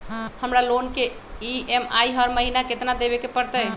हमरा लोन के ई.एम.आई हर महिना केतना देबे के परतई?